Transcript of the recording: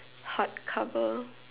hard cover